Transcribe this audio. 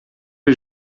les